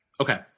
Okay